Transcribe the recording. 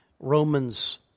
Romans